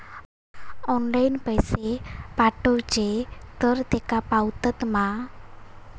Online पैसे पाठवचे तर तेका पावतत मा?